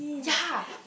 ya